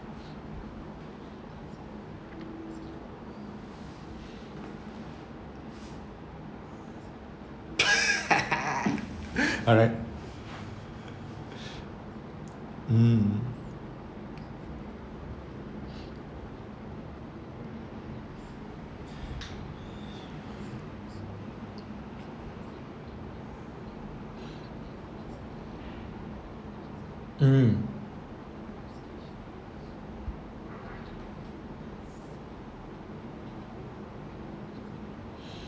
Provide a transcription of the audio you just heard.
mm mm